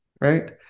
right